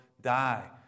die